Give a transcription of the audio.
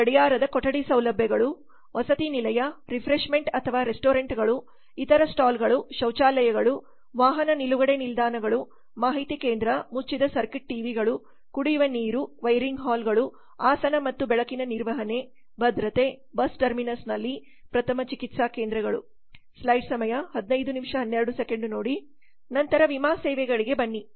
ಮತ್ತು ಗಡಿಯಾರದ ಕೊಠಡಿ ಸೌಲಭ್ಯಗಳು ವಸತಿ ನಿಲಯ ರಿಫ್ರೆಶ್ಮೆಂಟ್ ಅಥವಾ ರೆಸ್ಟೋರೆಂಟ್ಗಳು ಇತರ ಸ್ಟಾಲ್ಗಳು ಶೌಚಾಲಯಗಳು ವಾಹನ ನಿಲುಗಡೆ ನಿಲ್ದಾಣಗಳು ಮಾಹಿತಿ ಕೇಂದ್ರ ಮುಚ್ಚಿದ ಸರ್ಕ್ಯೂಟ್ ಟಿವಿಗಳು ಕುಡಿಯುವ ನೀರು ವೈರಿಂಗ್ ಹಾಲ್ ಗಳು ಆಸನ ಮತ್ತು ಬೆಳಕಿನ ನಿರ್ವಹಣೆ ಭದ್ರತೆ ಬಸ್ ಟರ್ಮಿನಸ್ನಲ್ಲಿ ಪ್ರಥಮ ಚಿಕಿತ್ಸಾ ಕೇಂದ್ರಗಳು ನಂತರ ವಿಮಾ ಸೇವೆಗಳಿಗೆ ಬನ್ನಿ